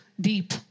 deep